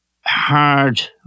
hard